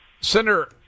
Senator